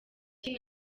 ati